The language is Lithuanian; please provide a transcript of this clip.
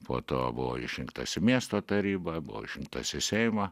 po to buvau išrinktas į miestą tarybą buvau išrinktas į seimą